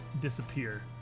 disappear